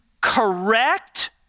correct